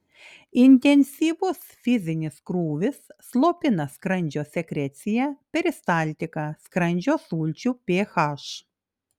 intensyvus fizinis krūvis slopina skrandžio sekreciją peristaltiką skrandžio sulčių ph